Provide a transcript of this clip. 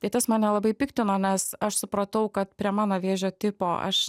tai tas mane labai piktino nes aš supratau kad prie mano vėžio tipo aš